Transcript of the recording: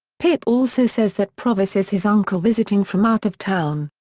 pip also says that provis is his uncle visiting from out of town.